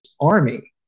army